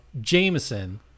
Jameson